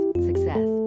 Success